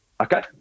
Okay